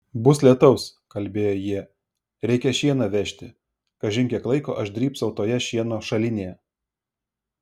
bus lietaus kalbėjo jie reikia šieną vežti kažin kiek laiko aš drybsau toje šieno šalinėje